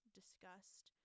discussed